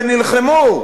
ונלחמו,